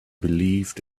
believed